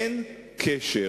אין קשר.